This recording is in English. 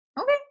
Okay